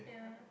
yeah